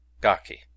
Gaki